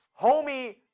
Homie